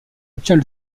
obtient